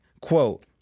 Quote